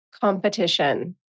competition